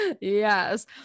Yes